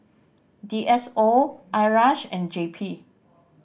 D S O IRAS and J P